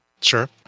Sure